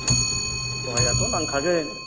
दे सहायआथ' नांखागोन